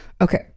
okay